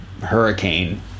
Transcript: hurricane